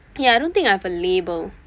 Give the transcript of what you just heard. yeah I don't think I have a label